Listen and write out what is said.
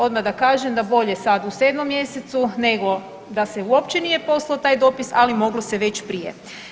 Odmah da kažem da bolje sad u 7 mjesecu nego da se uopće nije poslao taj dopis, ali moglo se već prije.